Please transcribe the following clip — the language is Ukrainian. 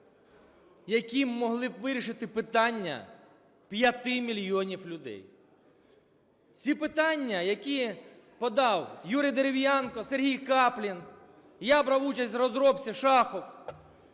які могли б вирішити питання 5 мільйонів людей. Ці питання, які подав Юрій Дерев'янко, Сергій Каплін, я бав участь в розробці, Шахов.